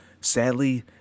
sadly